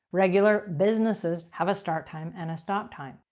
regular businesses have a start time and a stop time.